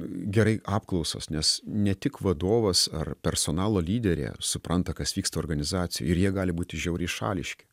gerai apklausos nes ne tik vadovas ar personalo lyderė supranta kas vyksta organizacijoj ir jie gali būti žiauriai šališki